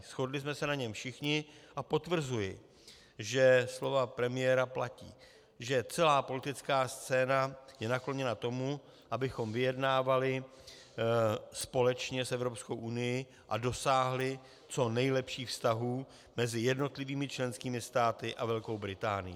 Shodli jsme se na něm všichni a potvrzuji, že slova premiéra platí, že celá politická scéna je nakloněna tomu, abychom vyjednávali společně s EU a dosáhli co nejlepších vztahů mezi jednotlivými členskými státy a Velkou Británií.